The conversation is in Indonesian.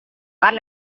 kan